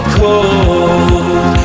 cold